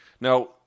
Now